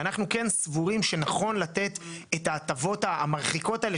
ואנחנו כן סבורים שנכון לתת את ההטבות המרחיקות האלה,